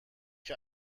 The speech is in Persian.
اگه